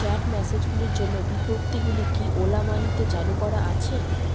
chat মেসেজগুলির জন্য বিজ্ঞপ্তিগুলি কি ওলা মানিতে চালু করা আছে